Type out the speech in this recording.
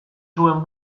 zuen